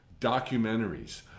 documentaries